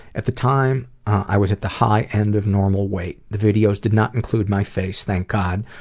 at the time, i was at the high end of normal weight. the videos did not include my face, thank god.